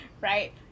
Right